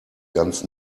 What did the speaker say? ganz